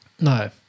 No